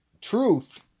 truth